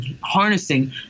harnessing